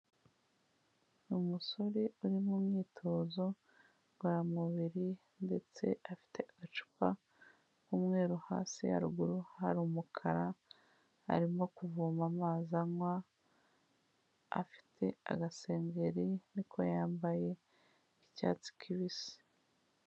Umusore uri mu myitozo ngororamubiri ndetse afite agacupa k'umweru hasi haruguru hari umukara, arimo kuvoma amazi anywa, afite agasengeri ni ko yambaye k'icyatsi kibisi.